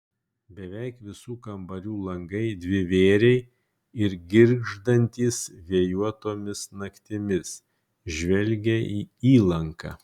beveik visų kambarių langai dvivėriai ir girgždantys vėjuotomis naktimis žvelgia į įlanką